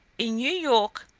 in new york,